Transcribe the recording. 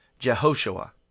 Jehoshua